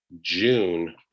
june